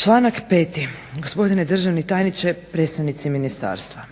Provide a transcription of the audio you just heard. Članak 5., gospodine državni tajniče, predstavnici ministarstva